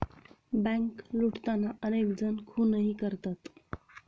bank लुटताना अनेक जण खूनही करतात